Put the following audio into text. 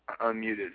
Unmuted